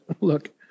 look